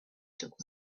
took